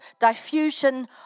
diffusion